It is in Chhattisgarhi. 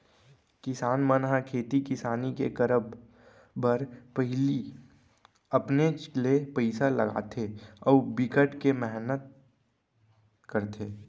किसान मन ह खेती किसानी के करब बर पहिली अपनेच ले पइसा लगाथे अउ बिकट के मेहनत करथे